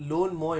yup